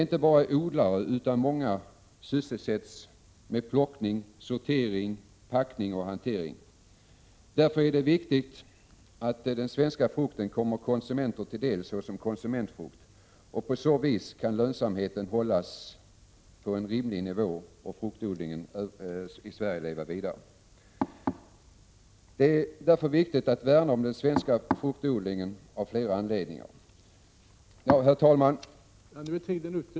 Inte bara odlare utan även många andra sysselsätts med plockning, sortering, packning och hantering. Därför är det viktigt att den svenska frukten kommer konsumenten till del såsom konsumentfrukt. På så vis kan lönsamheten hållas på en rimlig nivå och fruktodlingen i Sverige leva vidare. Herr talman! Det är av flera anledningar viktigt att värna om den svenska fruktodlingen.